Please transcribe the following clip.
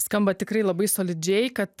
skamba tikrai labai solidžiai kad